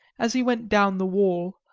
as he went down the wall,